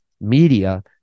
media